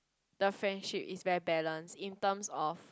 the friendship is well balanced in terms of